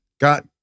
got